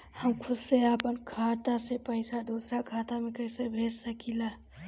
हम खुद से अपना खाता से पइसा दूसरा खाता में कइसे भेज सकी ले?